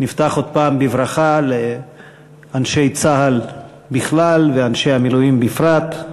עוד פעם בברכה לאנשי צה"ל בכלל ולאנשי המילואים בפרט.